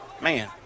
Man